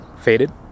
faded